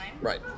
Right